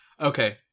Okay